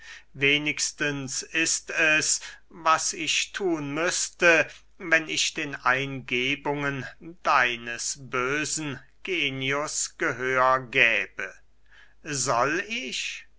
wenigstens ist es was ich thun müßte wenn ich den eingebungen deines bösen genius gehör gäbe soll ich